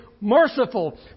merciful